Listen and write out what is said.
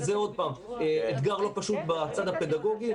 וזה עוד פעם אתגר לא פשוט בצד הפדגוגי,